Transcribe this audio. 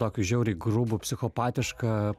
tokių žiauriai grubų psichopatišką